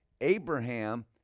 Abraham